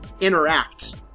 interact